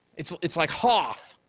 it's it's like hoth,